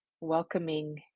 welcoming